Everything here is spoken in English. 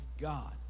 God